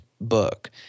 book